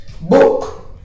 book